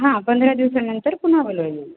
हा पंधरा दिवसानंतर पुन्हा बोलवलं